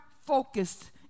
focused